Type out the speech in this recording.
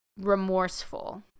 remorseful